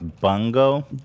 Bungo